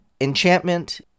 Enchantment